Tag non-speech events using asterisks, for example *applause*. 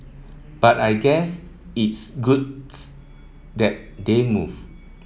but I guess it's good *unintelligible* that they move